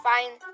Fine